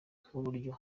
nk’uburyo